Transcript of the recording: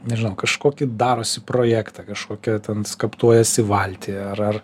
nežinau kažkokį darosi projektą kažkokią ten skaptuojasi valtį ar ar